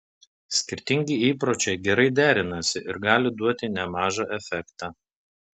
skirtingi įpročiai gerai derinasi ir gali duoti nemažą efektą